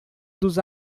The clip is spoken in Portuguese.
dos